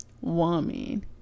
woman